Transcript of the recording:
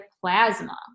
plasma